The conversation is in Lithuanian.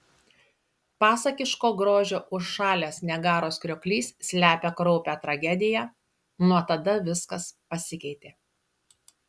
pasakiško grožio užšalęs niagaros krioklys slepia kraupią tragediją nuo tada viskas pasikeitė